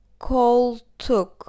Koltuk